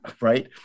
right